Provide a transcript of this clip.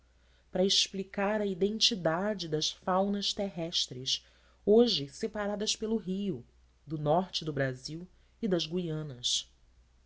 para explicar-se a identidade das faunas terrestres hoje separadas pelo rio do norte do brasil e das guianas